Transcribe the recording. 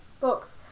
books